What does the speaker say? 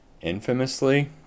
infamously